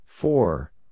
Four